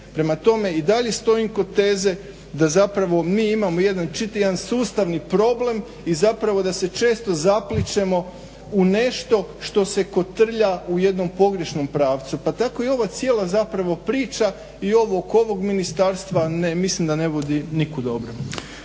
Prema tome, i dalje stojim kod teze da zapravo mi imamo jedan sustavni problem i zapravo da se često zaplićemo u nešto što se kotrlja u jednom pogrešnom pravcu, pa tako i ova cijela zapravo priča i ovo oko ovog ministarstva mislim da ne vodi nikud dobrom.